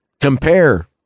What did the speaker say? compare